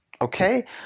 Okay